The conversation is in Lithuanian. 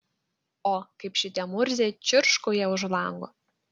o kaip šitie murziai čirškauja už lango